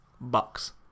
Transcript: bucks